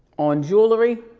on jewelry,